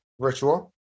virtual